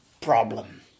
problem